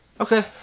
Okay